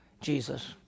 Jesus